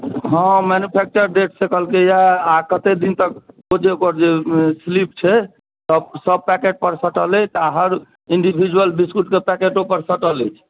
हँ मेन्यूफ्रैक्चर देखिके कहलकै हेँ आ कतेक दिन तक ओ जे ओकर स्लिप छै सभ सभ पैकेटपर सटल अइ आ हर इंडीविजुअल बिस्कुटक पैकेटोपर सटल अछि